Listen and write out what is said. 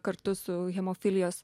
kartu su hemofilijos